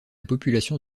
population